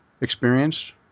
experienced